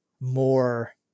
more